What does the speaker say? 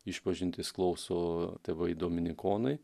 išpažintis klauso tėvai dominykonai